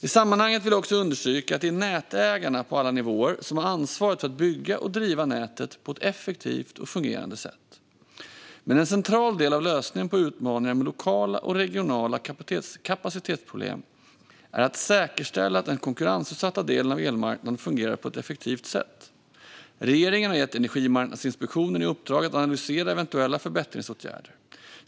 I sammanhanget vill jag också understryka att det är nätägarna, på alla nivåer, som har ansvar för att bygga och driva nätet på ett effektivt och fungerande sätt. Men en central del av lösningen på utmaningar med lokala och regionala kapacitetsproblem är att säkerställa att den konkurrensutsatta delen av elmarknaden fungerar på ett effektivt sätt. Regeringen har gett Energimarknadsinspektionen i uppdrag att analysera eventuella förbättringsåtgärder.